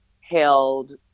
held